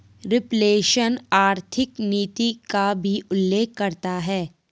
reflation आर्थिक नीति का भी उल्लेख करता है